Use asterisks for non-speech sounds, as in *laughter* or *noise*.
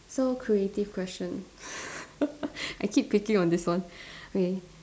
so creative question *laughs* I keep clicking on this one *breath* okay